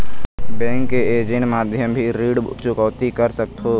Bank के agent माध्यम भी ऋण चुकौती कर सकथों?